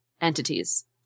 entities